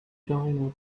join